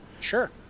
Sure